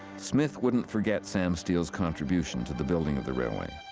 smith wouldn't forget sam steele's contribution to the building of the railway.